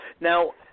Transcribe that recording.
Now